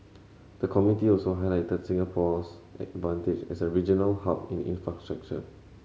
the committee also highlighted Singapore's advantage as a regional hub in infrastructure